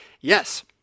Yes